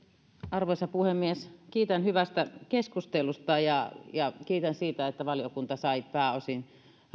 arvoisa puhemies kiitän hyvästä keskustelusta ja kiitän siitä että valiokunta sai pääosin